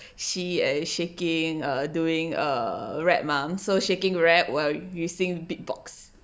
she uh shaking err doing err rap mah so shaking rap while you sing beat box